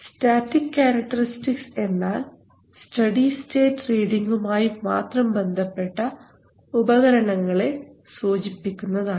static characteristics എന്നാൽ steady state റീഡിങുമായി മാത്രം ബന്ധപ്പെട്ട ഉപകരണങ്ങളെ സൂചിപ്പിക്കുന്നതാണ്